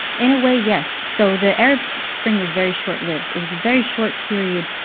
in a way, yes. so the arab spring was very short-lived it was a very short period,